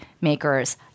makers